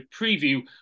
preview